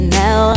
now